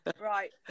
Right